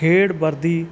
ਖੇਡ ਵਰਦੀ